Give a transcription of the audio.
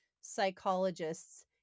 psychologists